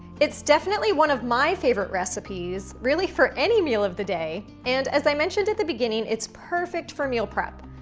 it's definitely one of my favorite recipes, really for any meal of the day. and, as i mentioned at the beginning, it's perfect for meal prep.